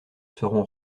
seront